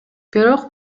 бирок